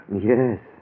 Yes